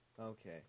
Okay